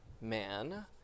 man